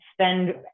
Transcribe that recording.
spend